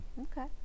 Okay